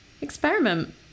Experiment